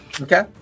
Okay